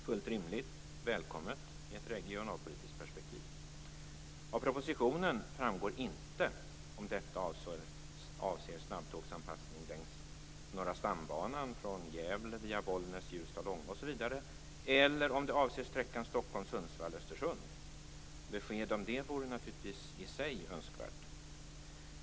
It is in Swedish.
Fullt rimligt och välkommet i ett regionalpolitiskt perspektiv. Av propositionen framgår inte alls om detta avser snabbtågsanpassning längs Norra stambanan från Besked om det vore naturligtvis i sig önskvärt.